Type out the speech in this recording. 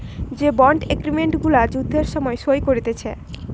যে bond agreement গুলা যুদ্ধের সময় সই করতিছে